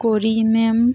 ꯀꯣꯔꯤꯃꯌꯨꯝ